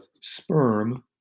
sperm